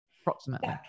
approximately